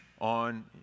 on